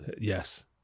yes